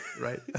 right